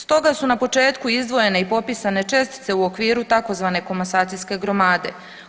Stoga su na početku izdvojene i popisane čestice u okviru tzv. komasacijske gromade.